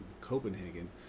copenhagen